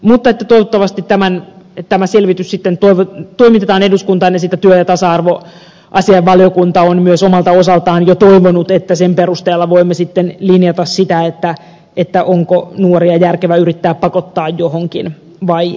mutta toivottavasti tämä selvitys sitten toimitetaan eduskuntaan ja sitä työ ja tasa arvoasiainvaliokunta on myös omalta osaltaan jo toivonut että sen perusteella voimme sitten linjata sitä onko nuoria järkevä yrittää pakottaa johonkin vai ei